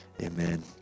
Amen